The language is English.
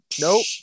Nope